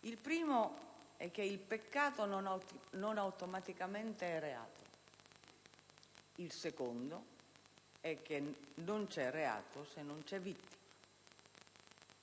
Il primo è che il peccato non automaticamente è reato; il secondo è, appunto, che non c'è reato se non c'è vittima.